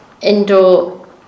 indoor